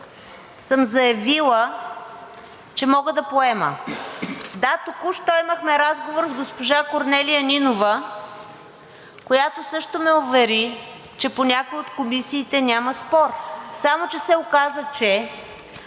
съм заявила, че мога да поема. Да, току-що имахме разговор с госпожа Корнелия Нинова, която също ме увери, че по някои от комисиите няма спор. Само че се оказа, че